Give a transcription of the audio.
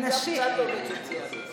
ואני גם קצת עובד סוציאלי.